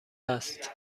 است